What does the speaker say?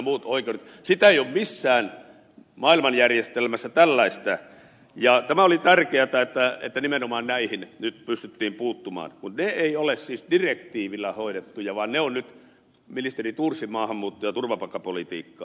tällaista ei ole missään maailmanjärjestelmässä ja tämä oli tärkeätä että nimenomaan näihin nyt pystyttiin puuttumaan mutta ne eivät ole siis direktiivillä hoidettuja vaan ne ovat nyt ministeri thorsin maahanmuuttaja turvapaikkapolitiikkaa